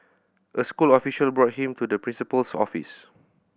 a school official brought him to the principal's office